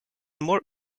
more